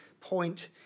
point